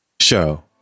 Show